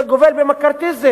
זה גובל במקארתיזם.